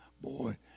boy